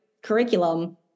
curriculum